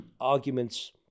arguments